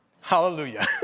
Hallelujah